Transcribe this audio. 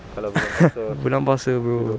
bulan puasa bro